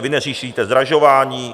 Vy neřešíte zdražování.